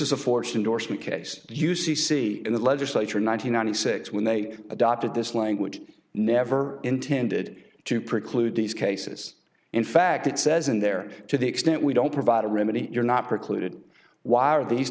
you see in the legislature nine hundred ninety six when they adopted this language never intended to preclude these cases in fact it says in there to the extent we don't provide a remedy you're not precluded why are these